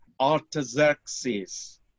Artaxerxes